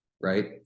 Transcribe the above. right